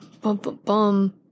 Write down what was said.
Bum-bum-bum